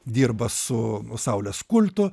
dirba su saulės kultu